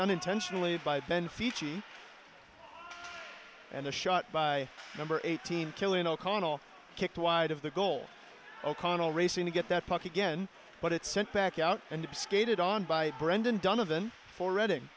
unintentionally by ben ficci and the shot by number eighteen killing o'connell kicked wide of the goal o'connell racing to get that puck again but it sent back out and skated on by brendan donovan for reading